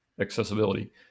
accessibility